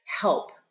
help